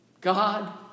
God